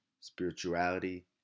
spirituality